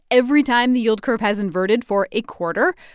every time the yield curve has inverted for a quarter,